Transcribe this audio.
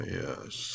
yes